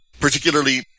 particularly